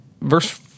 verse